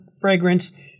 fragrance